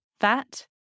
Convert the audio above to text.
Fat